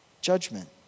judgment